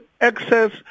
access